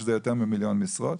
שזה יותר ממיליון משרות,